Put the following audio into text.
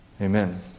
Amen